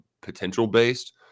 potential-based